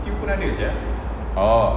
orh